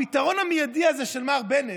הפתרון המיידי הזה של מר בנט,